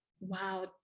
wow